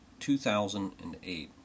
2008